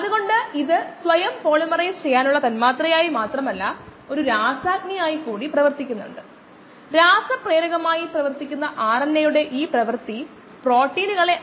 ഈ ആദ്യ order differential സമവാക്യം നമ്മൾ പരിഹരിച്ചാൽ ln or natural log xv naught by xv equals kd times t time